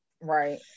Right